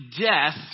death